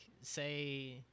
say